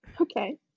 okay